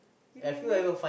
really meh